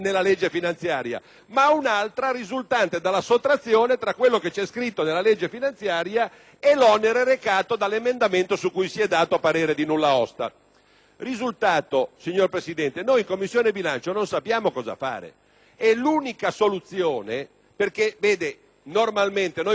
ma un'altra risultante dalla sottrazione tra quello che c'è scritto nella legge finanziaria e l'onere recato dall'emendamento su cui si è dato parere di nulla osta. Il risultato, signor Presidente, è che in Commissione bilancio non sappiamo cosa fare; normalmente potremmo dire